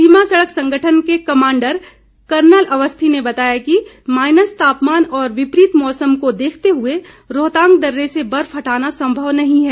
सीमा सड़क संगठन के कमांडर कर्नल अवस्थी ने बताया कि माईनस तापमान और विपरीत मौसम को देखते हुए रोहतांग दर्रे से बर्फ हटाना संभव नहीं है